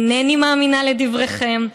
אינני מאמינה לדבריכם,